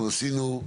אנחנו עשינו,